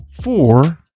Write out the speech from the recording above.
four